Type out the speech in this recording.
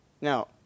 Now